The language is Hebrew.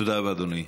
תודה רבה, אדוני.